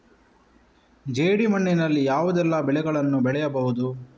ಜೇಡಿ ಮಣ್ಣಿನಲ್ಲಿ ಯಾವುದೆಲ್ಲ ಬೆಳೆಗಳನ್ನು ಬೆಳೆಯಬಹುದು?